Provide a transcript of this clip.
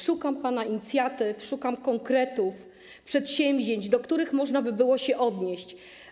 Szukam pana inicjatyw, szukam konkretów, przedsięwzięć, do których można by było się odnieść.